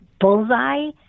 bullseye